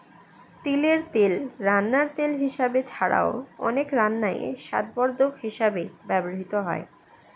তিলের তেল রান্নার তেল হিসাবে ছাড়াও, অনেক রান্নায় স্বাদবর্ধক হিসাবেও ব্যবহৃত হয়